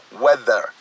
weather